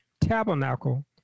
tabernacle